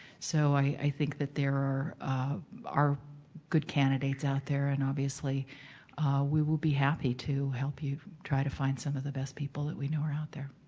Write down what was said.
so i think that there are are good candidates out there and obviously we will be happy to help you try to find some of the best people that we know are out there.